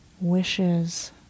wishes